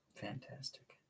Fantastic